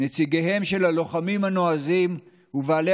נציגיהם של לוחמים הנועזים ובעלי